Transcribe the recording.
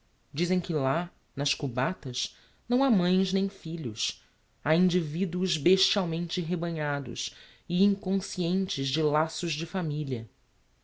consciencia humana dizem que lá nas cubatas não ha mães nem filhos ha individuos bestialmente rebanhados e inconscientes de laços de familia